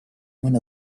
when